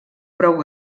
prou